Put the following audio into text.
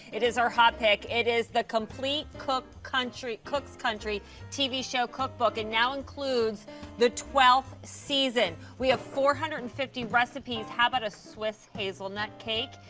it is our hot pick, it is the complete cooks country cooks country tv show cookbook and now includes the twelfth season, we have four hundred and fifty recipes, how about a swiss hazelnut cake?